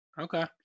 Okay